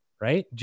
right